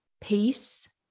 peace